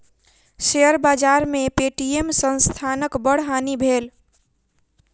share बाजार में Paytm संस्थानक बड़ हानि भेल